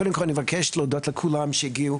קודם כול אני מבקש להודות לכולם שהגיעו